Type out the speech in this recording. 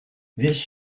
this